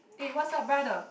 eh what's up brother